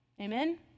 Amen